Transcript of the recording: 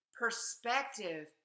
Perspective